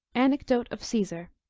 anecdote of caesar.